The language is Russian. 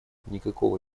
никакого